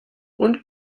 und